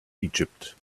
egypt